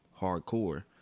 hardcore